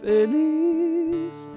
Feliz